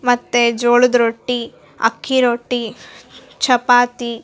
ಮತ್ತು ಜೋಳದ ರೊಟ್ಟಿ ಅಕ್ಕಿ ರೊಟ್ಟಿ ಚಪಾತಿ